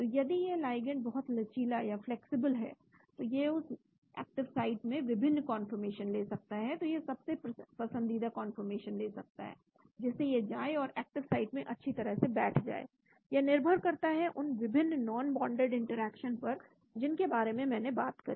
तो यदि यह लाइगैंड बहुत लचीला या फ्लैक्सिबल है तो यह उस एक्टिव साइट में विभिन्न कंफॉरर्मेशन ले सकता है तो यह सबसे पसंदीदा कंफॉरर्मेशन ले सकता है जिससे यह जाए और एक्टिव साइट में अच्छी तरह से बैठ जाए यह निर्भर करता है उन विभिन्न नॉनबोंडेड इंटरेक्शन पर जिनके बारे में मैंने बात करी